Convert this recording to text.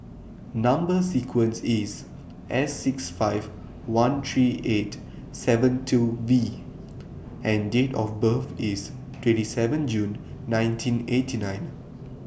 Number sequence IS S six five one three eight seven two V and Date of birth IS twenty seven June nineteen eighty nine